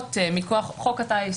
אגרות מכוח חוק הטיס,